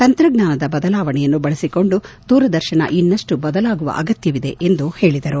ತಂತ್ರಜ್ಞಾನದ ಬದಲಾವಣೆಯನ್ನು ಬಳಸಿಕೊಂಡು ದೂರದರ್ಶನ ಇನ್ನಷ್ಟು ಬದಲಾಗುವ ಅಗತ್ಲವಿದೆ ಎಂದು ಹೇಳಿದರು